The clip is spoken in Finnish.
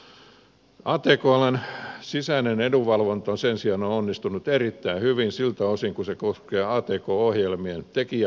atk alan sisäinen edunvalvonta sen sijaan on onnistunut erittäin hyvin siltä osin kuin se koskee atk ohjelmien tekijänoikeuksia